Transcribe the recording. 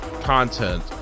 content